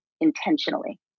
intentionally